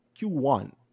Q1